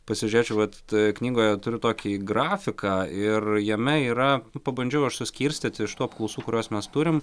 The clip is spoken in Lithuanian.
pasižiūrėčiau vat knygoje turiu tokį grafiką ir jame yra pabandžiau aš suskirstyt iš tų apklausų kuriuos mes turim